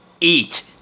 eat